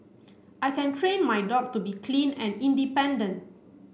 I can train my dog to be clean and independent